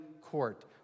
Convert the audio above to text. court